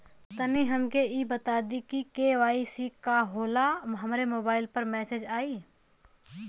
तनि हमके इ बता दीं की के.वाइ.सी का होला हमरे मोबाइल पर मैसेज आई?